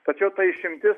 tačiau ta išimtis